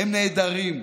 הם נהדרים.